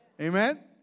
Amen